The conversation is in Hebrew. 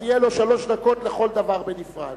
יהיו לו שלוש דקות לכל דבר בנפרד,